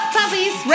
puppies